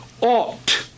ought